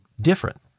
different